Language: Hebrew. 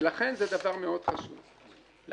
ולכן זה דבר מאוד חשוב לתחרות.